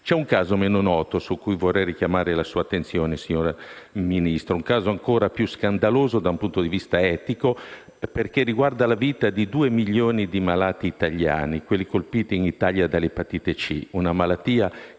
C'è un caso meno noto su cui vorrei richiamare la sua attenzione, signor Ministro. Si tratta di un caso ancora più scandaloso dal punto di vista etico, perché riguarda la vita di due milioni di malati, quelli colpiti in Italia dall'epatite C. L'epatite